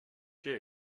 què